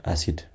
Acid